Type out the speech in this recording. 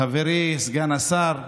מסכימים, אבל מסירות נפש לארץ ישראל.